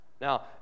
Now